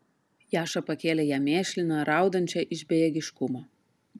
jaša pakėlė ją mėšliną raudančią iš bejėgiškumo